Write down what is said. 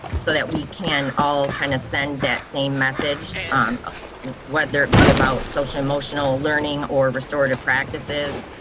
so that we can all kind of send that same message, um ah whether it be about social emotional learning or restorative practices.